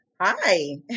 Hi